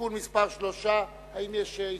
(תיקון מס' 3). האם יש הסתייגויות?